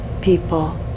people